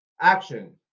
Action